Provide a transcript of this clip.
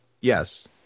Yes